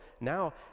Now